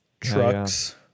trucks